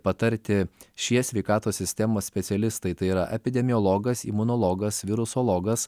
patarti šie sveikatos sistemos specialistai tai yra epidemiologas imunologas virusologas